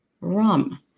rum